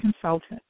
consultant